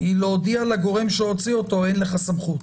אלא להודיע לגורם שהוציא אותו שאין לו סמכות.